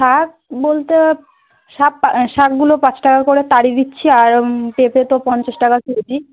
শাক বলতে শাক শাকগুলো পাঁচ টাকা করে দিচ্ছি আর পেঁপে তো পঞ্চাশ টাকা কেজি